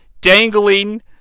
dangling